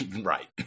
Right